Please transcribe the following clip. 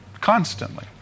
Constantly